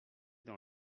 dans